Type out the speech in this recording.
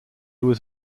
was